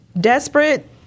desperate